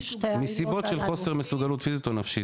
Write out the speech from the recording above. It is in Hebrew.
מסיבות של חוסר מסוגלות פיזית או נפשית.